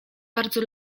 bardzo